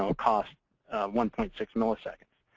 so costs one point six milliseconds.